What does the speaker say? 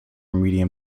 medium